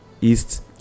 east